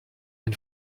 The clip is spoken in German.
ein